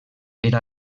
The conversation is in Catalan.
era